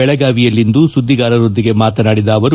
ಬೆಳಗಾವಿಯಲ್ಲಿಂದು ಸುದ್ಗಿಗಾರರೊಂದಿಗೆ ಮಾತನಾಡಿದ ಅವರು